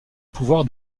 pouvoir